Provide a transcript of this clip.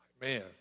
Man